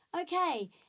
Okay